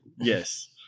Yes